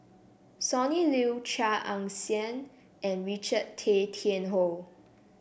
Sonny Liew Chia Ann Siang and Richard Tay Tian Hoe